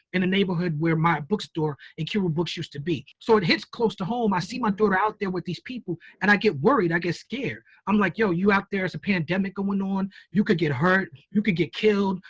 in the neighborhood where my bookstore, nkiru books, used to be. so it hits close to home. i see my daughter out there with these people, and i get worried. i get scared. i'm like, yo, you out there. it's a pandemic going on. you could get hurt. hurt. you could get killed.